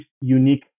unique